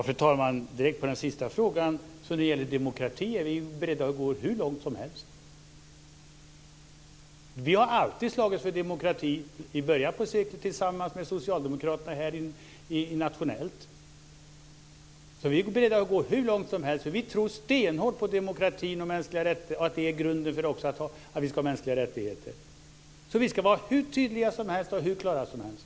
Fru talman! Svaret på den sista frågan är att då det gäller demokrati är vi beredda att gå hur långt som helst. Vi har alltid slagits för demokratin - i början av seklet nationellt tillsammans med Socialdemokraterna. Vi är beredda att gå hur långt som helst, för vi tror stenhårt på demokrati och på att det är grunden för att vi ska ha mänskliga rättigheter. Vi ska alltså vara hur tydliga och klara som helst.